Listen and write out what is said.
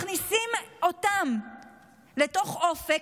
מכניסים אותם לתוך אופק,